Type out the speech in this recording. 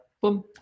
boom